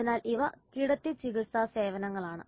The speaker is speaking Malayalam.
അതിനാൽ ഇവ കിടത്തിച്ചികിത്സാ സേവനങ്ങളാണ്